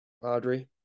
Audrey